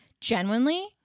Genuinely